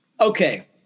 Okay